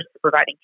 providing